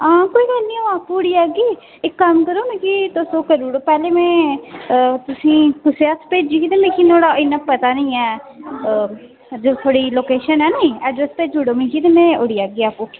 हां कोई गल्ल निं अ'ऊं आपूं उठी आह्गी इक कम्म करेओ मिगी तुस ओह् करी ओड़ेओ पैह्लें में तुसें ई कुसै हत्थ भेजी ही ते मिगी नुआढ़ा इन्ना पतां निं ऐ जेह्ड़ी थुआड़ी लोकेशन ऐ निं एड्रैस भेजी ओड़ो मिगी ते में उठी आह्गी आपूं